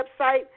website